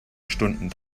stunden